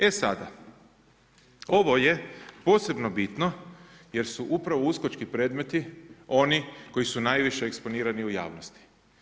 E sada, ovo je posebno bitno jer su upravo USKOK-čki predmeti oni koji su najviše eksponirani u javnosti.